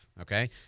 Okay